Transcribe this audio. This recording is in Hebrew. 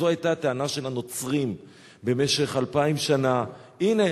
זו היתה הטענה של הנוצרים במשך אלפיים שנה: הנה